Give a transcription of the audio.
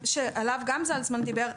שחשפו את זה גם את אותה מלכת יופי,